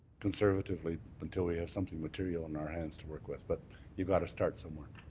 conservatively, until we have something material in our hands to work with. but you've got to start somewhere.